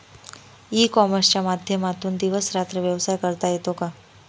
E कॉमर्सच्या माध्यमातून दिवस रात्र व्यवसाय करता येतो का?